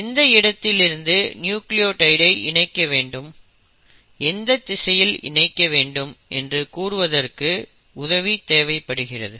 எந்த இடத்தில் இருந்து நியூக்ளியோடைட் ஐ இணைக்கவேண்டும் எந்த திசையில் இணைக்க வேண்டும் என்று கூறுவதற்க்கு உதவி தேவைப்படுகிறது